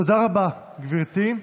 תודה רבה, גברתי.